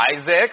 Isaac